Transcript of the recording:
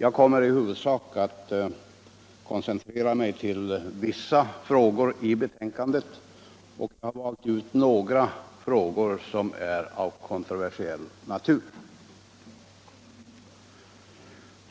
Jag kommer i huvudsak att koncentrera mig till vissa frågor som är av kontroversiell natur.